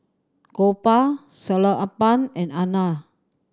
Gopal Sellapan and Anand